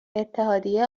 اتحادیه